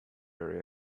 very